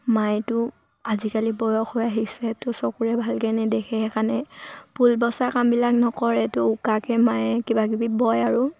মায়েতো আজিকালি বয়স হৈ আহিছেতো চকুৰে ভালকৈ নেদেখে সেইকাৰণে ফুল বচা কামবিলাক নকৰে ত' উকাকৈ মায়ে কিবা কিবি বয় আৰু